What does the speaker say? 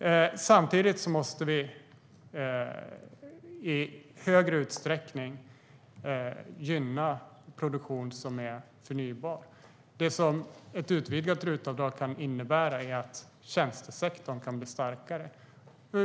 Samtidigt måste vi i högre utsträckning gynna produktion som är förnybar. Det som ett utvidgat RUT-avdrag kan innebära är att tjänstesektorn kan bli starkare.